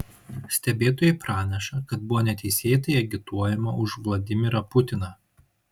stebėtojai praneša kad buvo neteisėtai agituojama už vladimirą putiną